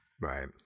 Right